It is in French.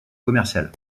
commercial